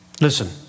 Listen